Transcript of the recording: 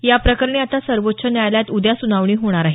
याप्रकरणी आता सर्वोच्च न्यायालयात उद्या सुनावणी होणार आहे